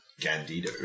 Gandito